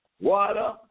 water